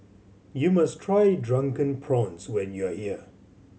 you must try Drunken Prawns when you are here